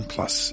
Plus